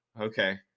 okay